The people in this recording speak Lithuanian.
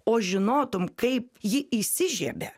o žinotum kaip ji įsižiebia